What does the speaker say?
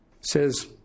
says